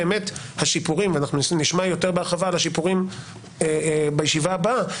אנחנו נשמע יותר בהרחבה על השיפורים בישיבה הבאה.